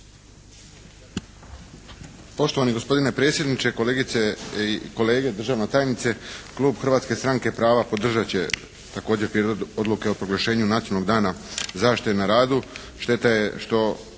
Poštovani gospodine predsjedniče, kolegice i kolege, državna tajnice! Klub Hrvatske stranke prava podržat će također Prijedlog odluke o proglašenju "Nacionalnog dana zaštite na radu".